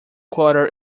quarter